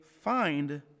find